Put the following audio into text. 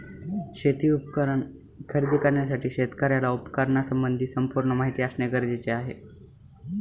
शेती उपकरण खरेदी करण्यासाठी शेतकऱ्याला उपकरणासंबंधी संपूर्ण माहिती असणे गरजेचे आहे